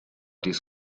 dies